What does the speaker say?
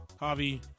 Javi